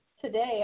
today